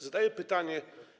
Zadaję pytanie.